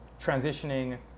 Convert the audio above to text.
transitioning